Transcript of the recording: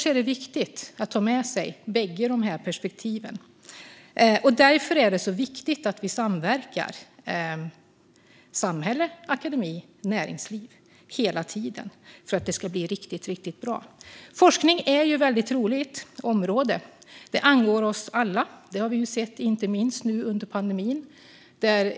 Det är viktigt att ha med sig båda dessa perspektiv och att samhälle, akademi och näringsliv samverkar hela tiden för att det ska bli riktigt bra. Forskning är ett väldigt roligt område. Att den angår oss alla har vi sett inte minst under pandemin.